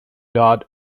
dot